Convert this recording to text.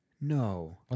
No